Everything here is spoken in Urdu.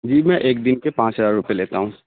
جی میں ایک دن کے پانچ ہزار روپئے لیتا ہوں